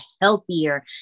healthier